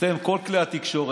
אתם וכל כלי התקשורת,